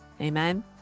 Amen